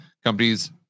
Companies